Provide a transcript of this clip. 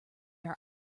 are